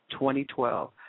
2012